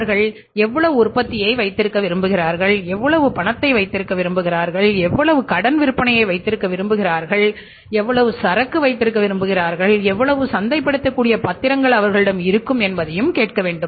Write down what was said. அவர்கள் எவ்வளவு உற்பத்தியை வைத்திருக்க விரும்புகிறார்கள் எவ்வளவு பணத்தை வைத்திருக்க விரும்புகிறார்கள் எவ்வளவு கடன் விற்பனையை வைத்திருக்க விரும்புகிறார்கள் எவ்வளவு சரக்கு வைத்திருக்க விரும்புகிறார்கள் எவ்வளவு சந்தைப்படுத்தக்கூடிய பத்திரங்கள் அவர்களிடம் இருக்கும் என்பதையும் கேட்க வேண்டும்